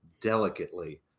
delicately